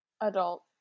Adult